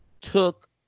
took